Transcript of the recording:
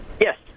Yes